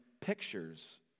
pictures